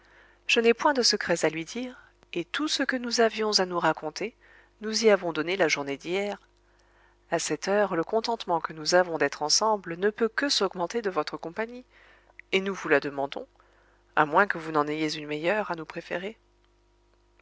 je n'ai point de secrets à lui dire et tout ce que nous avions à nous raconter nous y avons donné la journée d'hier à cette heure le contentement que nous avons d'être ensemble ne peut que s'augmenter de votre compagnie et nous vous la demandons à moins que vous n'en ayez une meilleure à nous préférer